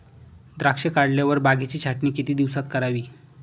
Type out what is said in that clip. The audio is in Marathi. द्राक्षे काढल्यावर बागेची छाटणी किती दिवसात करावी?